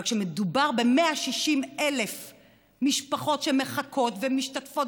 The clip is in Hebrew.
אבל כשמדובר ב-160,000 משפחות שמחכות ומשתתפות